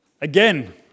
again